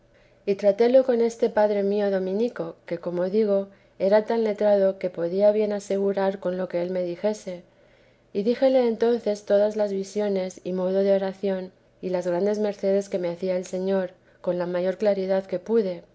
y trátelo con este padre mío dominico que como digo era tan letrado que podía bien asegurar con lo que él me dijese y díjele entonces todas las visiones y modo de oración y las grandes mercedes que me hacía el señor con la mayor claridad que pude